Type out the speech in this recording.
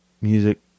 music